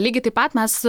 lygiai taip pat mes